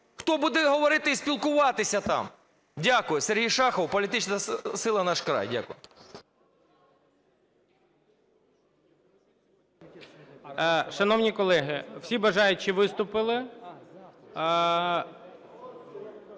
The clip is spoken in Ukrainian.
Хто буде говорити і спілкуватися там? Дякую. Сергій Шахов, політична сила "Наш край". Дякую.